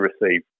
receive